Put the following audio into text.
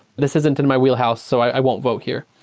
this isn't in my wheelhouse. so i won't vote here.